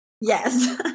Yes